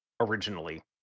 Originally